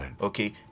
okay